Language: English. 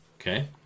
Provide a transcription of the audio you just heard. Okay